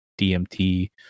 DMT